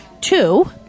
Two